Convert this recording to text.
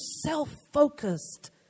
self-focused